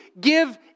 give